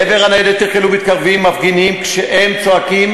לעבר הניידת החלו מתקרבים מפגינים כשהם צועקים